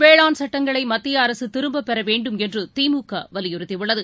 வேளாண் சட்டங்களைமத்தியஅரசுதிரும்பப் பெறவேண்டும் என்றுதிமுகவலியுறுத்தியுள்ளது